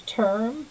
term